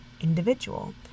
individual